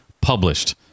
published